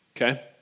Okay